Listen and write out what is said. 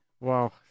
Wow